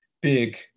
big